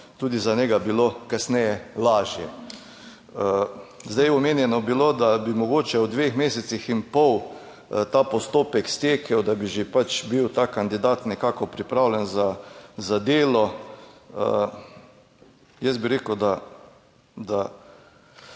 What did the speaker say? tudi za njega bilo kasneje lažje. Zdaj, omenjeno je bilo, da bi mogoče v dveh mesecih in pol ta postopek stekel, da bi že pač bil ta kandidat nekako pripravljen za delo. Jaz bi rekel, da